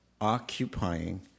occupying